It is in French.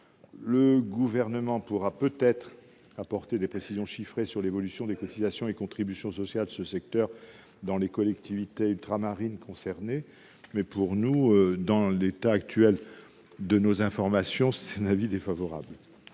Le Gouvernement pourra peut-être apporter des précisions chiffrées sur l'évolution des cotisations et contributions sociales de ce secteur, dans les collectivités ultramarines concernées, mais, en l'état actuel de ses informations, la commission a émis un avis défavorable